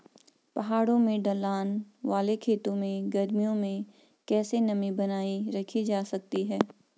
पहाड़ों में ढलान वाले खेतों में गर्मियों में कैसे नमी बनायी रखी जा सकती है?